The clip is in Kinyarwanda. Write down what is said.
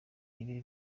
ibe